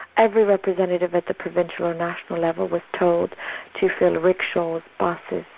every representative at the provincial and national level was told to fill rickshaws, buses,